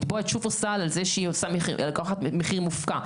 לתבוע את שופרסל על זה שהיא לוקחת מחיר מופקע,